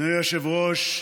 אדוני היושב-ראש,